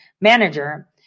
manager